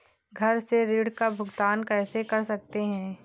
घर से ऋण का भुगतान कैसे कर सकते हैं?